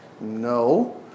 No